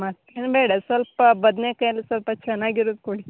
ಮತ್ತೇನು ಬೇಡ ಸ್ವಲ್ಪ ಬದನೇಕಾಯೆಲ್ಲ ಸ್ವಲ್ಪ ಚೆನ್ನಾಗಿರೋದು ಕೊಡಿ